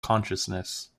consciousness